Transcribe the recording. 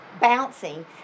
bouncing